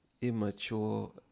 immature